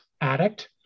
addict